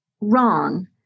wrong